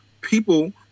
people